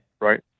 Right